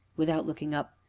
without looking up,